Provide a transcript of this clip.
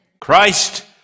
Christ